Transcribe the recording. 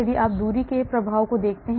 यदि आप दूरी के प्रभाव को देखते हैं